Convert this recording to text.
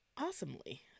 awesomely